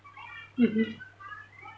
mmhmm